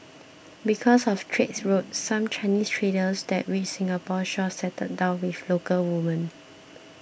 because of trade routes some Chinese traders that reached Singapore's shores settled down with local women